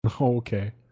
Okay